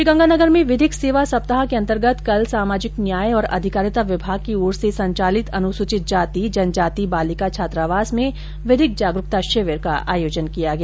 श्रीगंगानगर में विधिक सेवा सप्ताह के अन्तर्गत कल सामाजिक न्याय और अधिकारिता विभाग की ओर से संचालित अनुसूचित जाति जनजाति बालिका छात्रावास में विधिक जागरूकता शिविर का आयोजन किया गया